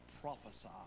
prophesy